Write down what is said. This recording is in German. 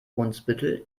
brunsbüttel